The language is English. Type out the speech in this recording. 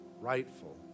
rightful